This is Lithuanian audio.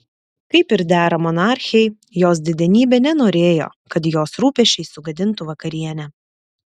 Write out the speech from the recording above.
kaip ir dera monarchei jos didenybė nenorėjo kad jos rūpesčiai sugadintų vakarienę